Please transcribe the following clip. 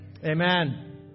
Amen